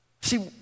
See